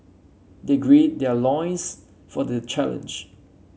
they gird their loins for the challenge